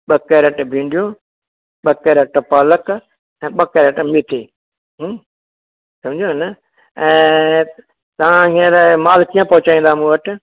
ॿ कैरेट भींडियूं ॿ कैरेट पालक ऐं ॿ कैरेट मेथी समुझुव न ऐं तव्हां हींअर मालु कीअं पहुचाईंदा मूं वटि